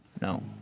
No